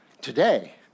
today